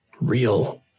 real